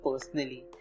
personally